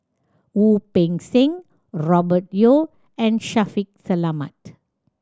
Wu Peng Seng Robert Yeo and Shaffiq Selamat